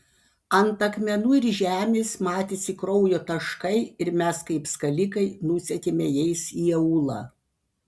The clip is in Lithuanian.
ant akmenų ir žemės matėsi kraujo taškai ir mes kaip skalikai nusekėme jais į aūlą